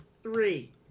three